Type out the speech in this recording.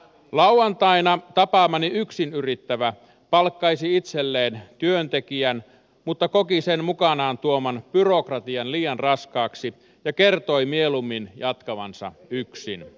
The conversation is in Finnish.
lauantaina tapaamani yksin yrittävä palkkaisi itselleen työntekijän mutta koki sen mukanaan tuoman byrokratian liian raskaaksi ja kertoi mieluummin jatkavansa yksin